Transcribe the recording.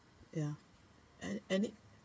yeah an~ any